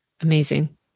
Amazing